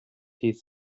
his